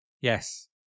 Yes